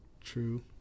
true